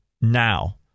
now